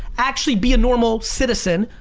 actually be a normal citizen,